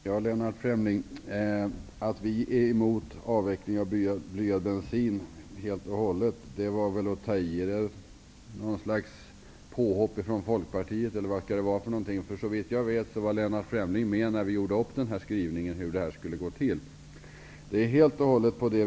Herr talman! Att säga att vi är emot avvecklingen av blyad bensin helt och hållet är väl att ta i. Är det ett påhopp från Folkpartiet eller vad är det? Såvitt jag vet var Lennart Fremling med när vi gjorde upp skrivningen om hur det här skulle gå till.